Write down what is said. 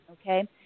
Okay